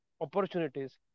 opportunities